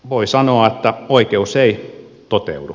voi sanoa että oikeus ei toteudu